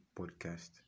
Podcast